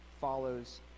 follows